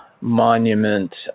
monument